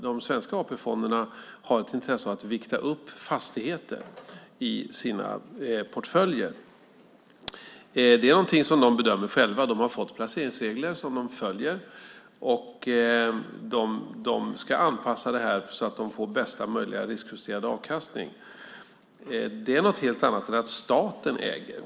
De svenska AP-fonderna har ett intresse av att vikta upp fastigheter i sina portföljer. Det är någonting som de bedömer själva. De har fått placeringsregler som de följer, och de ska anpassa det här så att de får bästa möjliga riskjusterade avkastning. Det är något helt annat än att staten äger.